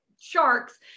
sharks